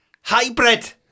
hybrid